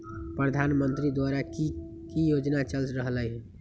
प्रधानमंत्री द्वारा की की योजना चल रहलई ह?